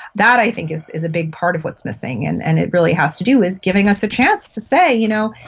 that i think is is a big part of what's missing and and it really has to do with giving us a chance to say, you know,